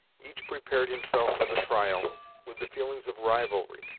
each prepared himself for the trial with the feelings of rivalry,